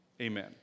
Amen